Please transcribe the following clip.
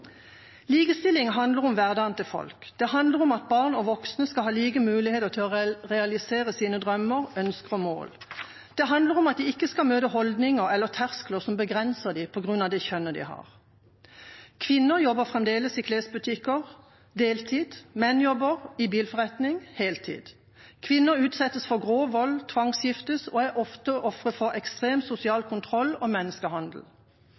Likestilling handler om hverdagen til folk. Det handler om at barn og voksne skal ha like muligheter til å realisere sine drømmer, ønsker og mål. Det handler om at de ikke skal møte holdninger eller terskler som begrenser dem på grunn av det kjønnet de har. Kvinner jobber fremdeles deltid i klesbutikker, mens menn jobber heltid i bilforretning. Kvinner utsettes for grov vold, tvangsgiftes og er ofte ofre for ekstrem sosial kontroll og menneskehandel.